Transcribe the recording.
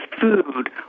food